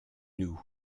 nous